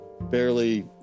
barely